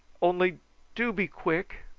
only do be quick.